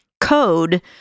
code